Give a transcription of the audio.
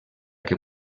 que